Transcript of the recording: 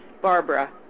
Barbara